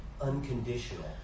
unconditional